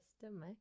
stomach